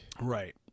Right